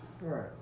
right